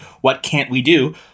what-can't-we-do